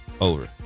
over